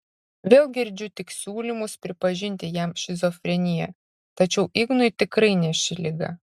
vėl girdžiu tik siūlymus pripažinti jam šizofreniją tačiau ignui tikrai ne ši liga